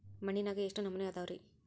ಮಣ್ಣಿನಾಗ ಎಷ್ಟು ನಮೂನೆ ಅದಾವ ರಿ?